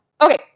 Okay